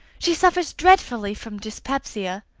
she suffers dreadfully from dyspepsia.